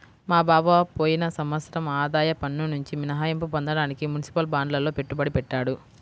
మా బావ పోయిన సంవత్సరం ఆదాయ పన్నునుంచి మినహాయింపు పొందడానికి మునిసిపల్ బాండ్లల్లో పెట్టుబడి పెట్టాడు